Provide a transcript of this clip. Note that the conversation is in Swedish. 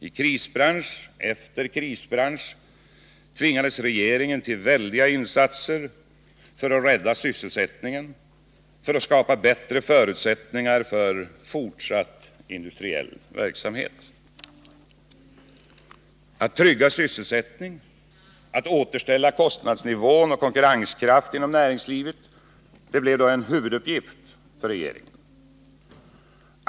I krisbransch efter krisbransch tvingades regeringen till väldiga insatser för att rädda sysselsättningen och för att skapa bättre förutsättningar för fortsatt industriell verksamhet. Att trygga sysselsättning och återställa kostnadsnivå och konkurrenskraft inom näringslivet blev då en huvuduppgift för regeringen.